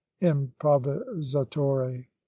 improvisatore